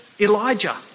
Elijah